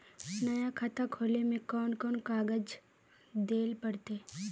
नया खाता खोले में कौन कौन कागज देल पड़ते?